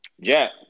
Jack